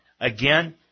again